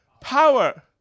Power